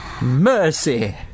Mercy